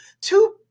two